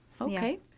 okay